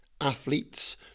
athletes